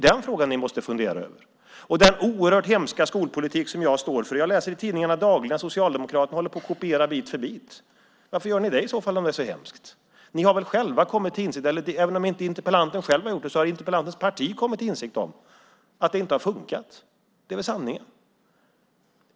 Den frågan måste ni fundera över. Den oerhört hemska skolpolitik som jag står för håller Socialdemokraterna - det läser jag dagligen i tidningarna - på och kopierar bit för bit. Varför gör ni det om det är så hemskt? Även om interpellanten själv inte har kommit till insikt så har väl interpellantens parti kommit till insikt om att det inte har fungerat. Det är väl sanningen.